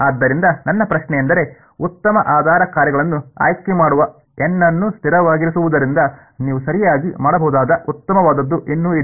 ಆದ್ದರಿಂದ ನನ್ನ ಪ್ರಶ್ನೆಯೆಂದರೆ ಉತ್ತಮ ಆಧಾರ ಕಾರ್ಯಗಳನ್ನು ಆಯ್ಕೆಮಾಡುವ N ಅನ್ನು ಸ್ಥಿರವಾಗಿರಿಸುವುದರಿಂದ ನೀವು ಸರಿಯಾಗಿ ಮಾಡಬಹುದಾದ ಉತ್ತಮವಾದದ್ದು ಇನ್ನೂ ಇದೆ